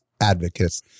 advocates